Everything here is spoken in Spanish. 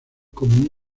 como